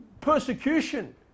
Persecution